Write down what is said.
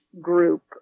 group